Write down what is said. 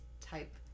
type